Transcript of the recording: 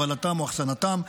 הובלתם או אחסנתם,